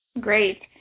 Great